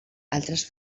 altres